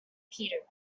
peter